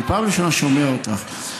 אני פעם ראשונה שומע אותה,